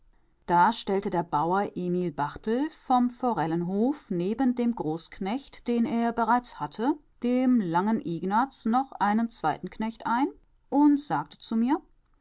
da stellte der bauer emil barthel vom forellenhof neben dem großknecht den er bereits hatte dem langen ignaz noch einen zweiten knecht ein und sagte zu mir